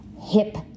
hip